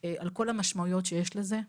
על כל המשמעויות שיש לזה,